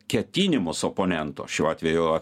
ketinimus oponento šiuo atveju